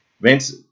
Vince